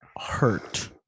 hurt